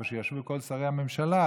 איפה שישבו כל שרי הממשלה,